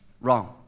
wrong